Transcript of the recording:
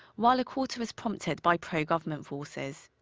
while a quarter was prompted by pro-government forces.